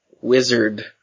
wizard